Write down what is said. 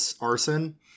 arson